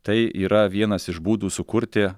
tai yra vienas iš būdų sukurti